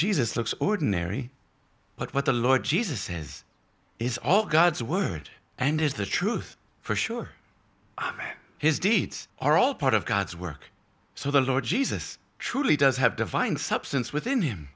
jesus looks ordinary but what the lord jesus says is all god's word and is the truth for sure his deeds are all part of god's work so the lord jesus truly does have divine substance within him